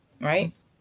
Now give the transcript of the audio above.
right